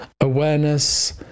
awareness